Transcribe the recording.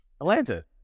Atlanta